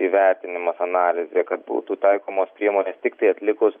įvertinimas analizė kad būtų taikomos priemonės tiktai atlikus